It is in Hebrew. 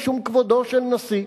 משום כבודו של נשיא.